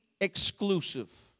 exclusive